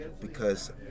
because-